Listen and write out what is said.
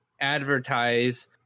advertise